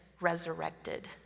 resurrected